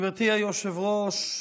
גברתי היושבת-ראש,